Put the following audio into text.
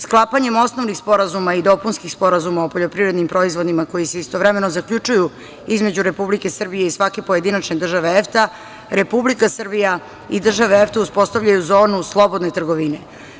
Sklapanjem osnovnih sporazuma i dopunskih sporazuma o poljoprivrednim proizvodima koji se istovremeno zaključuju između Republike Srbije i svake pojedinačne države EFTA, Republika Srbija i države EFTA uspostavljaju zonu slobodne trgovine.